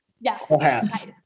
Yes